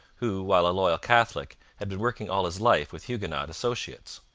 who, while a loyal catholic, had been working all his life with huguenot associates.